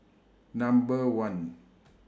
Number one